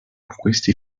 questi